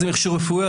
זה מכשור רפואי,